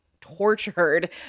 tortured